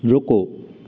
रुको